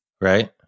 right